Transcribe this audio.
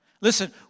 Listen